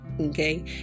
Okay